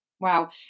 Wow